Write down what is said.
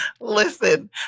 Listen